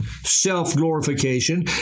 self-glorification